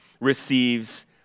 receives